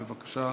בבקשה,